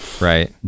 right